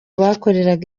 bakoreraga